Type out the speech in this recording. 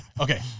Okay